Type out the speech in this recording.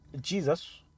Jesus